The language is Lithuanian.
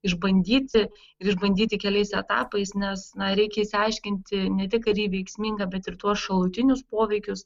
išbandyti ir išbandyti keliais etapais nes reikia išsiaiškinti ne tik ar ji veiksminga bet ir tuos šalutinius poveikius